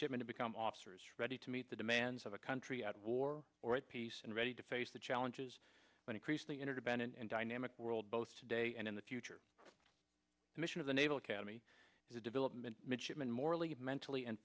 shipmen to become officers ready to meet the demands of a country at war or at peace and ready to face the challenges when increasingly interdependent and dynamic world both today and in the future the mission of the naval academy the development midshipman morally mentally and